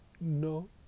No